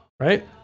Right